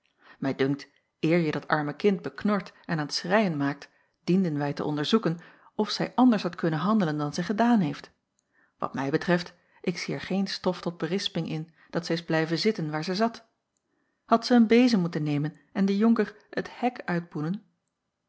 mij dunkt eer je dat arme kind beknort en aan t schreien maakt dienden wij te onderzoeken of zij anders had kunnen handelen dan zij gedaan heeft wat mij betreft ik zie er geen stof tot berisping in dat zij is blijven zitten waar zij zat had zij een bezem moeten nemen en den jonker het hek uitboenen